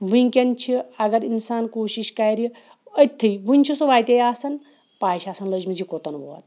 وٕنۍکٮ۪ن چھِ اگر اِنسان کوٗشِش کَرِ أتھی وٕنہِ چھِ سُہ وَتے آسان پَے چھِ آسان لٔجمٕژ یہِ کوٚتَن ووت